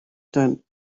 tent